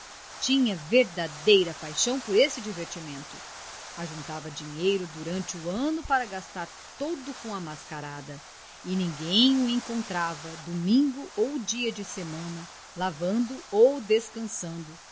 tinha verdadeira paixão por esse divertimento ajuntava dinheiro durante o ano para gastar todo com a mascarada e ninguém o encontrava domingo ou dia de semana lavando ou descansando